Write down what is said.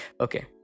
okay